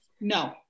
No